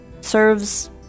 serves